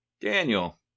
Daniel